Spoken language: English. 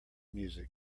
music